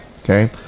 Okay